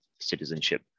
Citizenship